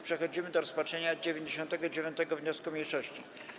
Przechodzimy do rozpatrzenia 99. wniosku mniejszości.